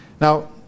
Now